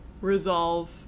resolve